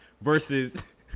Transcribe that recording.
versus